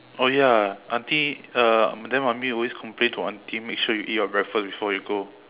oh ya auntie uh then mummy always complain to auntie make sure you eat your breakfast before you go